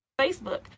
Facebook